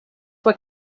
were